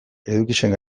edukiei